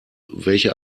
welche